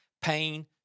pain